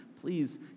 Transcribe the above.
please